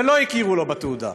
ולא הכירו לו בתעודה,